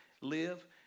live